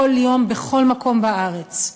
כל יום, בכל מקום בארץ.